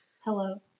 Hello